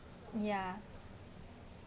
ya